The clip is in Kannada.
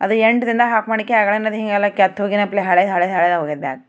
ಅದು ಎಂಡ್ದಿಂದ ಆಪ್ ಮಾಡೋಕ್ಕೆ ಆಗಲ್ಲ ಅದು ಹಿಂಗೆ ಎಲ್ಲ ಕೆತ್ ಹೋಗ್ಯಾನ ಬ್ಯಾಗ್ ಹಳೆ ಹಳೆ ಹಳೆದಾಗಿ ಹೋಗ್ಯದ ಬ್ಯಾಗ್